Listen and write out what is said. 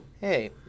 Hey